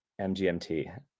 MGMT